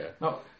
No